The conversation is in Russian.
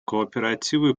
кооперативы